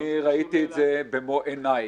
אני ראיתי את זה במו עיניי.